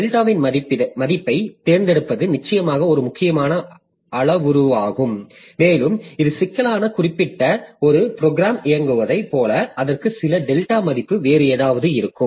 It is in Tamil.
டெல்டாவின் மதிப்பைத் தேர்ந்தெடுப்பது நிச்சயமாக ஒரு முக்கியமான அளவுருவாகும் மேலும் இது சிக்கலான குறிப்பிட்ட ஒரு ப்ரோக்ராம் இயங்குவதைப் போல அதற்கு சில டெல்டா மதிப்பு வேறு ஏதாவது இருக்கும்